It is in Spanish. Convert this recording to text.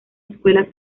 escuela